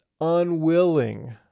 unwilling